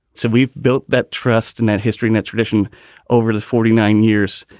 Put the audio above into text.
so we've built that trust and that history and tradition over the forty nine years.